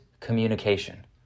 communication